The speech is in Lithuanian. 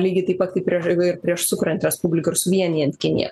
lygiai taip pat kaip ir ir prieš sukuriant respubliką ir suvienijant kiniją